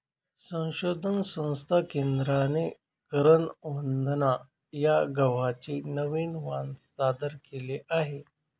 संशोधन संस्था केंद्राने करण वंदना या गव्हाचे नवीन वाण सादर केले आहे